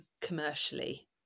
commercially